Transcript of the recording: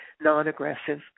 non-aggressive